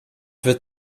wird